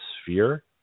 sphere